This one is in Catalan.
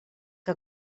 que